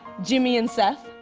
jimmy and seth,